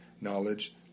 knowledge